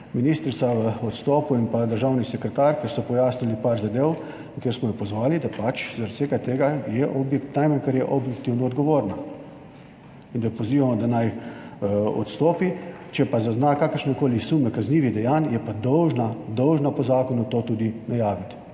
ministrica v odstopu in pa državni sekretar, ker so pojasnili par zadev, kjer smo jo pozvali, da pač zaradi vsega tega je objekt..., najmanj kar je, je objektivno odgovorna in da jo pozivamo, da naj odstopi, če pa zazna kakršnekoli sume kaznivih dejanj, je pa dolžna, dolžna po zakonu to tudi najaviti.